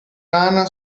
rana